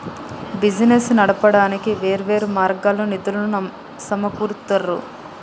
business నడపడానికి వేర్వేరు మార్గాల్లో నిధులను సమకూరుత్తారు